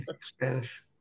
Spanish